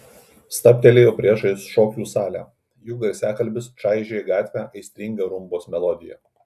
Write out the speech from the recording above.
stabtelėjau priešais šokių salę jų garsiakalbis čaižė gatvę aistringa rumbos melodija